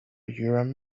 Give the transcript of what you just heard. urim